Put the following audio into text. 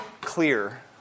clear